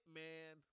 man